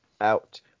out